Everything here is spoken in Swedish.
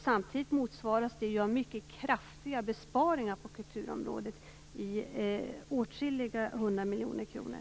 Samtidigt motsvaras det av mycket kraftiga besparingar på kulturområdet med åtskilliga hundra miljoner kronor.